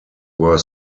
were